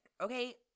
okay